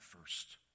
first